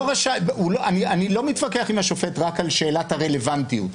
אני לא מתווכח עם השופט רק על שאלת הרלוונטיות,